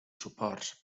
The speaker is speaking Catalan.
suports